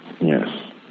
yes